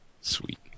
Sweet